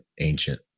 ancient